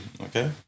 Okay